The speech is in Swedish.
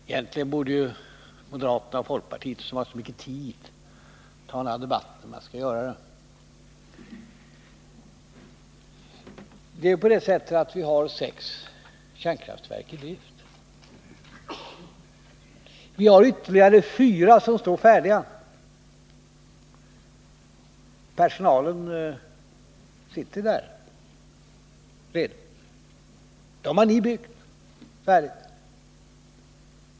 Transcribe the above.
Egentligen borde moderaterna och folkpartiet, som har så mycket tid till sitt förfogande, ta den här debatten, men jag skall göra det. Det är på det sättet att vi har sex kärnkraftverk i drift. Vi har ytterligare fyra som står färdiga. Personalen sitter där redan. Dem har ni byggt färdiga.